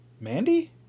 Mandy